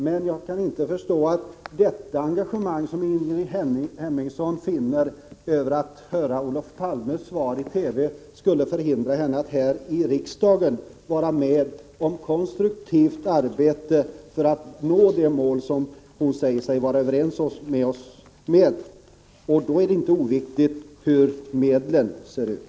Men jag kan inte förstå att det engagemang som Ingrid Hemmingsson finner i att höra Olof Palmes svar i TV skulle förhindra henne att i riksdagen vara med om konstruktivt arbete för att nå det mål som hon säger sig vara överens med oss om. Det är inte oviktigt hur medlen ser ut.